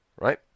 right